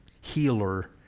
healer